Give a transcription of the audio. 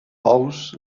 ous